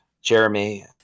Jeremy